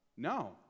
No